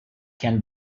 can